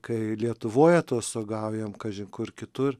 kai lietuvoj atostogaujam kažin kur kitur